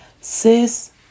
Sis